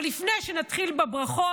אבל לפני שנתחיל בברכות,